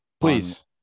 Please